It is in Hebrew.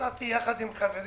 נסעתי יחד עם חברי,